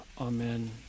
Amen